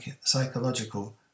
psychological